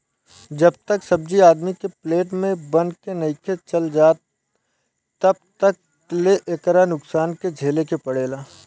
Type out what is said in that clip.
जब तक सब्जी आदमी के प्लेट में बन के नइखे चल जात तब तक ले एकरा नुकसान के झेले के पड़ेला